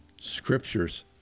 scriptures